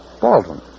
Baldwin